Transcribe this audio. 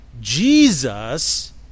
Jesus